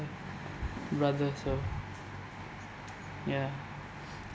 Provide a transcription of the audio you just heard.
brother so ya